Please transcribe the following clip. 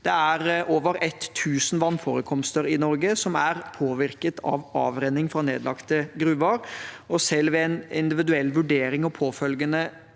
Det er over tusen vannforekomster i Norge som er påvirket av avrenning fra nedlagte gruver. Selv ved en individuell vurdering og påfølgende